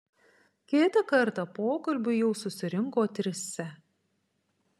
kitą kartą pokalbiui jau susirinko trise